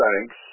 thanks